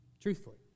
Truthfully